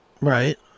Right